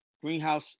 Greenhouse